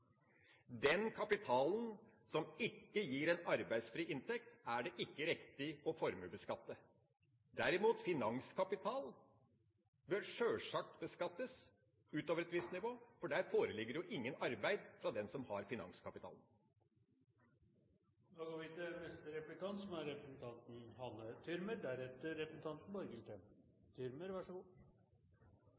Den kapitalen som ikke gir en arbeidsfri inntekt, er det ikke riktig å formuesbeskatte. Derimot bør finanskapital sjølsagt beskattes utover et visst nivå, for det foreligger jo ikke noe arbeid fra den som har finanskapitalen.